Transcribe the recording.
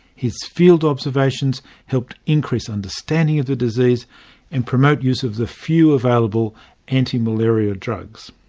his field observations helped increase understanding of the disease and promote use of the few available anti-malaria drugs.